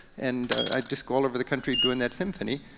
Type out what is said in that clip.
and i'd just go all over the country doing that symphony.